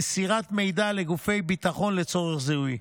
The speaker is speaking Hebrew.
(מסירת מידע לגופי ביטחון לצורך זיהוי,